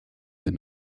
des